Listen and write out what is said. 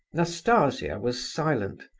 nastasia was silent,